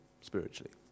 spiritually